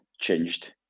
changed